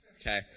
Okay